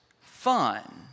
fun